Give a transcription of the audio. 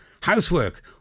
Housework